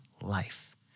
life